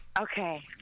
Okay